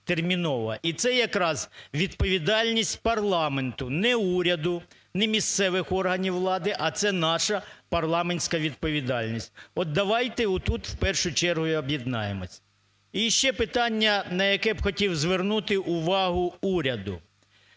І це якраз відповідальність парламенту, не уряду, не місцевих органів влади, а це наша парламентська відповідальність. От давайте отут в першу чергу і об'єднаємось. І ще питання, на яке б хотів звернути увагу уряду.